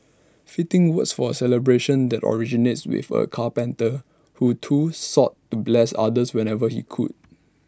fitting words for A celebration that originates with A carpenter who too sought to bless others whenever he could